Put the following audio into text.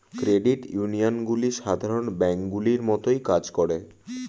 credit ইউনিয়নগুলি সাধারণ ব্যাঙ্কগুলির মতোই কাজ করে